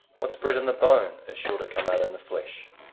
what's bred in the bone is sure to come out in the flesh.